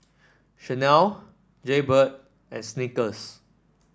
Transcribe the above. Chanel Jaybird and Snickers